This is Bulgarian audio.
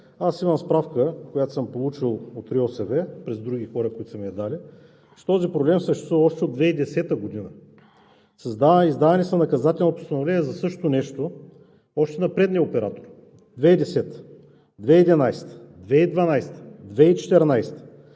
Имам справка, която съм получил от РИОСВ през други хора, които са ми я дали, че този проблем съществува още от 2010 г. Издавани са наказателни постановления за същото нещо още на предния оператор – 2010 г., 2011 г., 2012